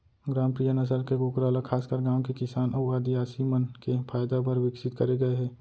ग्रामप्रिया नसल के कूकरा ल खासकर गांव के किसान अउ आदिवासी मन के फायदा बर विकसित करे गए हे